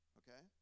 okay